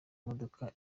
modoka